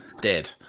dead